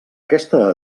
aquesta